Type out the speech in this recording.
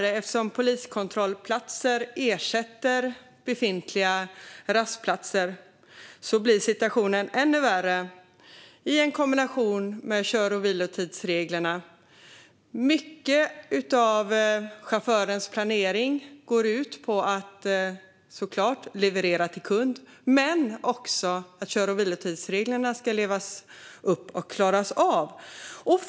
Eftersom poliskontrollplatser ersätter befintliga rastplatser blir situationen ännu värre i kombination med kör och vilotidsreglerna. Mycket av chaufförens planering går ut på att leverera till kund, såklart, men också på att leva upp till och klara kör och vilotidsreglerna.